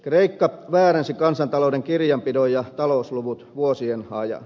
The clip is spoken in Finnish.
kreikka väärensi kansantalouden kirjanpidon ja talousluvut vuosien ajan